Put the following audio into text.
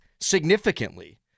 significantly